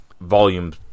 volume